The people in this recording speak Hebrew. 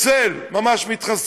שענף הדגים מתחסל, ממש מתחסל,